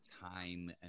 time